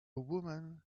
woman